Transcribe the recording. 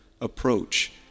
approach